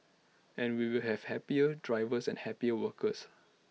and we will have happier drivers and happier workers